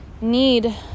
need